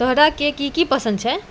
तोहराके की की पसन्द छै